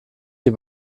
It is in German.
die